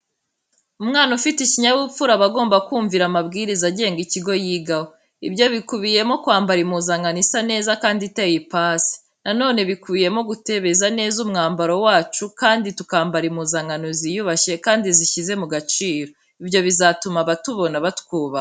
Umwana ufite ikinyabupfura aba agomba kumvira amabwiriza agenga ikigo yigaho. Ibyo bikubiyemo kwambara impuzankano isa neza kandi iteye ipasi. Na none bikubiyemo gutebeza neza umwambaro wacu kandi tukambara impuzankano ziyubashye kandi zishyize mu gaciro. Ibyo bizatuma abatubona batwubaha.